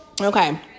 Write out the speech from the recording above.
Okay